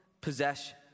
possession